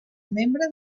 membre